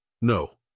no